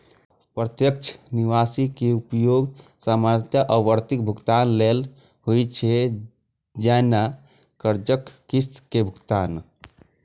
प्रत्यक्ष निकासी के उपयोग सामान्यतः आवर्ती भुगतान लेल होइ छै, जैना कर्जक किस्त के भुगतान